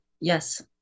Yes